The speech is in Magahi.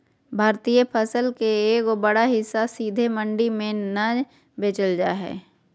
भारतीय फसल के एगो बड़ा हिस्सा सीधे मंडी में नय बेचल जा हय